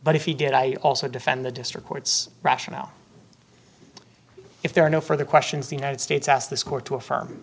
but if he did i also defend the district court's rationale if there are no further questions the united states asked this court to affirm